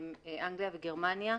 אנגליה וגרמניה.